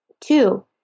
Two